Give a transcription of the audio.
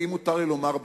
ואם מותר לי לומר,